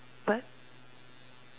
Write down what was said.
but